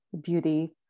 beauty